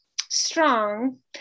strong